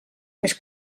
més